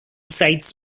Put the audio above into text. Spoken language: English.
cites